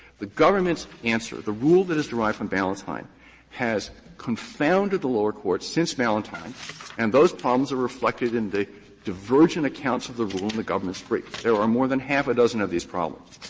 the government's answer, the rule that is derived from ballentine, has confounded the lower courts since ballentine and those problems are reflected in the divergent accounts of the rule in the government's brief. there are more than half a dozen of these problems.